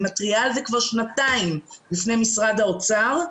אני מתריעה על זה כבר שנתיים בפני משרד האוצר.